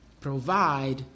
provide